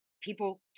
people